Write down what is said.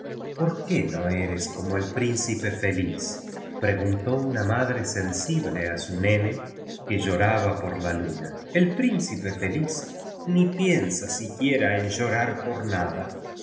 por qué no eres como tí príncipe ftííz preguntó una madre sensible a su nene que llo raba por la luna el principe feliz ni piensa siquiera en llorar por nada